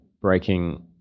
breaking